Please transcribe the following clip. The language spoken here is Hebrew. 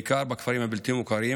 בעיקר בכפרים הבלתי-מוכרים,